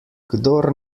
kdor